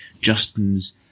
Justin's